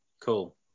Cool